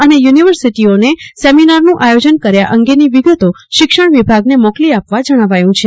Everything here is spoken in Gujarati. અને યુનિવસીટીઓને સેમોનારન આયોજન કર્યા અંગેનો વિગતો શિક્ષણ વિભાગને મોકવા જણાવાયું છે